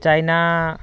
China